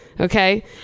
okay